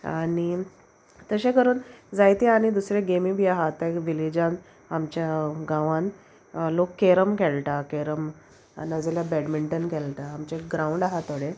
आनी तशें करून जायते आनी दुसरे गेमी बी आहा ते विलेजान आमच्या गांवान लोक कॅरम खेळटा कॅरम नाजाल्या बॅडमिंटन खेळटा आमचे ग्रावंड आहा थोडे